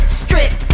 strip